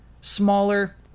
smaller